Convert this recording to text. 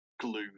glue